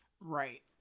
Right